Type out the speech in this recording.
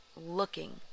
looking